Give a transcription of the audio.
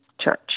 Church